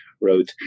wrote